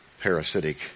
parasitic